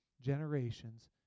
generations